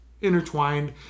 intertwined